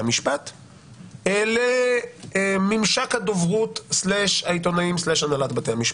המשפט אל ממשק הדוברים/העיתונאים/הנהלת בתי המשפט.